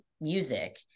music